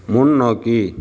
முன்னோக்கி